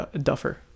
Duffer